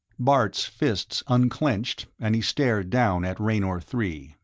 bart's fists unclenched and he stared down at raynor three,